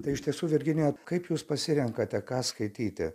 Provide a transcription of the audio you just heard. tai iš tiesų virginija kaip jūs pasirenkate ką skaityti